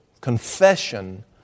confession